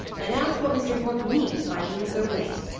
and ask what mr. yorke means by being so late.